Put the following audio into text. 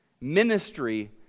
Ministry